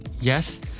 Yes